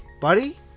buddy